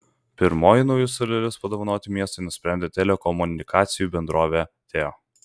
pirmoji naujus suolelius padovanoti miestui nusprendė telekomunikacijų bendrovė teo